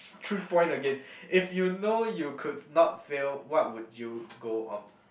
three point again if you know you could not fail what would you go on